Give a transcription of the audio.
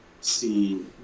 see